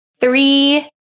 three